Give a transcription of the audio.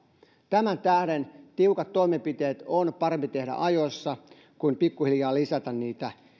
tämän tähden tiukat toimenpiteet on parempi tehdä ajoissa kuin pikkuhiljaa lisätä niitä